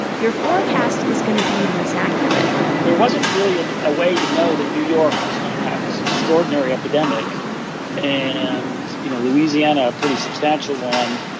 your forecast is going to be less accurate there wasn't really a way to know that new york was going to have this extraordinary epidemic and, you know, louisiana, a pretty substantial long.